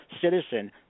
citizen